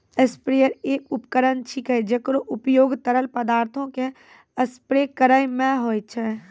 sprayer एक उपकरण छिकै, जेकरो उपयोग तरल पदार्थो क स्प्रे करै म होय छै